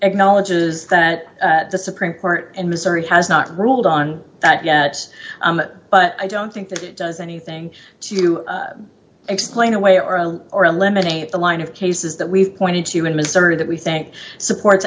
acknowledges that the supreme court in missouri has not ruled on that yet but i don't think that it does anything to explain away or or eliminate the line of cases that we've pointed to in missouri that we think support